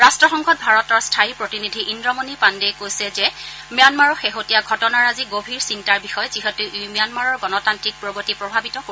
ৰাট্টসংঘত ভাৰতৰ স্থায়ী প্ৰতিনিধি ইন্দ্ৰমণি পাণ্ডেই কৈছে যে ম্যানমাৰৰ শেহতীয়া ঘটনাৰাজি গভীৰ চিন্তাৰ বিষয় যিহেতু ই ম্যানমাৰৰ গণতান্নিক প্ৰগতি প্ৰভাৱিত কৰিব